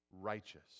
righteous